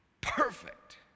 perfect